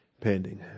pending